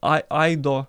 ai aido